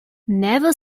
never